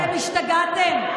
(חבר הכנסת אביר קארה יוצא מאולם המליאה.) אתם השתגעתם?